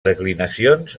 declinacions